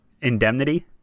indemnity